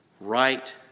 right